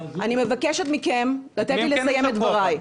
אני מבקשת מכם לתת לי לסיים את דבריי.